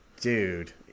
Dude